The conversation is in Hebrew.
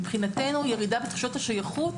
מבחינתנו, ירידה בתחושות השייכות